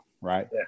right